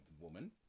woman